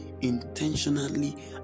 intentionally